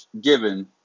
given